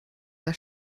der